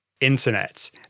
internet